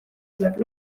tuleb